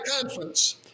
conference